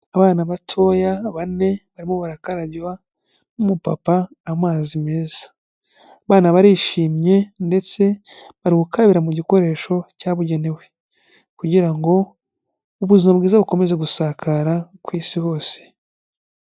Abana batoya bane barimo barakarabywa n'umupapa amazi meza, abana barishimye ndetse bari gukarabira mu gikoresho cyabugenewe kugira ngo ubuzima bwiza bukomeze gusakara ku isi hose.